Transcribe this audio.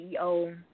CEO